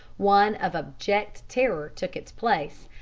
one of abject terror took its place,